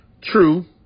True